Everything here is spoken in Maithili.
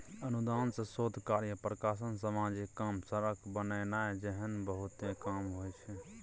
अनुदान सँ शोध कार्य, प्रकाशन, समाजिक काम, सड़क बनेनाइ जेहन बहुते काम होइ छै